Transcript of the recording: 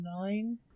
nine